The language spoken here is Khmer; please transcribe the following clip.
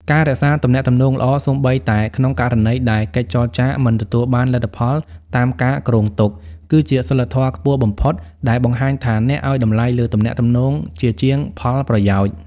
ការរក្សាទំនាក់ទំនងល្អសូម្បីតែក្នុងករណីដែលកិច្ចចរចាមិនទទួលបានលទ្ធផលតាមការគ្រោងទុក គឺជាសីលធម៌ខ្ពស់បំផុតដែលបង្ហាញថាអ្នកឱ្យតម្លៃលើទំនាក់ទំនងជាជាងផលប្រយោជន៍។